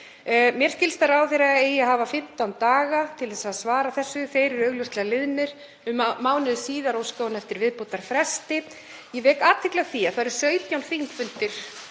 Mér skilst að ráðherra eigi að hafa 15 daga til að svara þessu. Þeir eru augljóslega liðnir. Um mánuði síðar óskaði hún eftir viðbótarfresti. Ég vek athygli á því að það eru 17